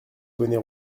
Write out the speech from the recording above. bonnet